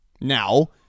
Now